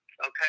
Okay